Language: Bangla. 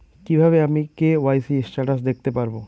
কিভাবে আমি কে.ওয়াই.সি স্টেটাস দেখতে পারবো?